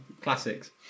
Classics